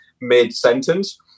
mid-sentence